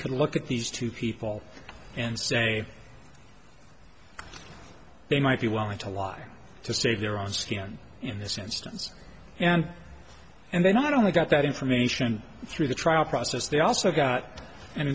could look at these two people and say they might be willing to lie to save their own skin in this instance and and they not only got that information through the trial process they also got an